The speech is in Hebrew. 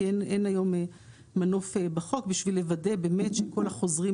כי אין היום מנוף בחוק בשביל לוודא באמת שכל החוזרים,